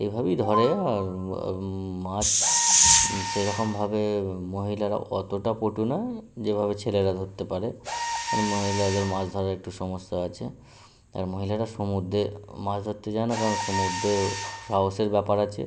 এভাবেই ধরে মাছ সেরকমভাবে মহিলারা অতটা পটু নয় যেভাবে ছেলেরা ধরতে পারে মহিলাদের মাছ ধরার একটু সমস্যা আছে আর মহিলারা সমুদ্রে মাছ ধরতে যায় না কেননা সমুদ্রেও সাহসের ব্যাপার আছে